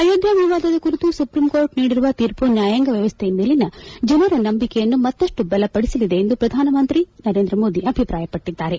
ಅಯೋಧ್ಯೆ ವಿವಾದದ ಕುರಿತು supreme court ನೀಡಿರುವ ತೀರ್ಮ ನ್ಯಾಯಾಂಗ ವ್ಯವಸ್ಥೆಯ ಮೇಲಿನ ಜನರ ನಂಬಿಕೆಯನ್ನು ಮತ್ತಷ್ಟು ಬಲಪಡಿಸಲಿದೆ ಎಂದು ಪ್ರಧಾನಮಂತ್ರಿ ನರೇಂದ್ರ ಮೋದಿ ಅಭಿಪ್ರಾಯಪಟ್ಟಿದ್ದಾರೆ